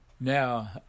Now